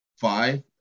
five